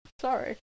sorry